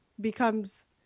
becomes